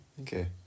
Okay